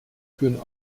führen